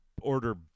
order